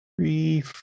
three